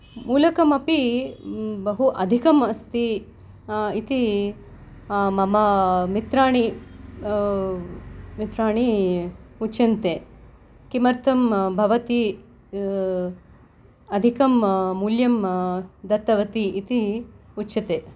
मूलकमपि बहु अधिकम् अस्ति इति मम मित्राणि मित्राणि उच्यन्ते किमर्थं भवती अधिकं मूल्यं दत्तवती इति उच्यते